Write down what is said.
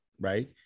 right